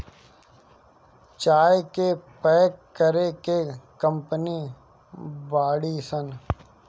चाय के पैक करे के कंपनी बाड़ी सन